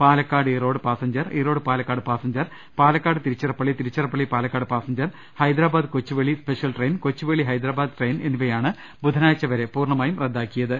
Palakkad Erode passenger Erode Palakkad passenger Palakkad Tiruchirappalli Tiruchirappalli Palakkad passenger Hyderabad Kochuveli special train Kochuveli Hyderabad train എന്നിവയാണ് ബുധനാഴ്ച്ച വരെ പൂർണമായും റദ്ദാക്കിയത്